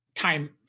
Time